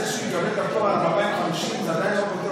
זה שהוא יקבל את הפטור על ה-250 זה עדיין לא פותר,